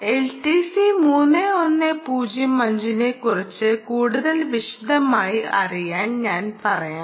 LTC 3105 നെക്കുറിച്ച് കൂടുതൽ വിശദമായി അറിയാൻ ഞാൻ പറയാം